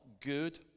good